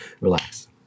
Relax